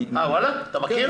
אתה מכיר?